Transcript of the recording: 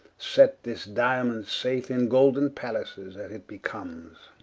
set this diamond safe in golden pallaces as it becomes